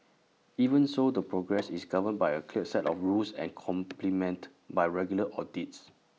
even so the progress is governed by A clear set of rules and complemented by regular audits